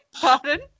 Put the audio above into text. Pardon